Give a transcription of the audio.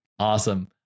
Awesome